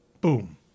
Boom